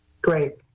Great